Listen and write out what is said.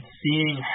seeing